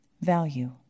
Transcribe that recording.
Value